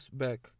back